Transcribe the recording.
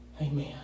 Amen